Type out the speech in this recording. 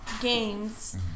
games